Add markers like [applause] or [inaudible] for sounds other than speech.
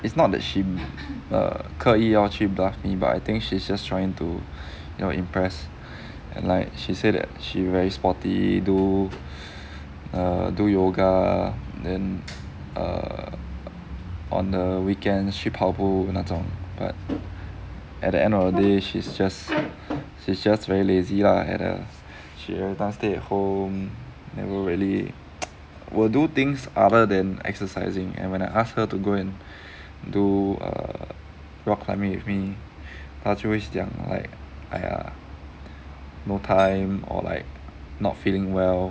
it's not that she err 刻意要去 bluff me but I think she just trying to you know impress and like she said that she very sporty do err do yoga then err on the weekend 去跑步那种 but at the end of the day she's just she's just very lazy lah at a she everytime stay at home never really [noise] will do things other than exercising and when I ask her to go and do err rock climbing with me 她就会讲 like !aiya! no time or like not feeling well